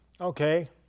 Okay